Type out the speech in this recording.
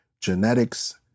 genetics